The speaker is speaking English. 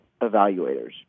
evaluators